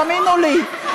תאמינו לי,